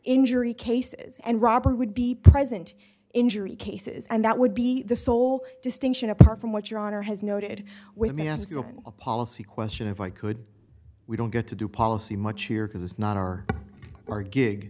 injury cases and robbery would be present injury cases and that would be the sole distinction apart from what your honor has noted with me ask you a policy question if i could we don't get to do policy much here because it's not our our gig